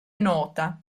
nota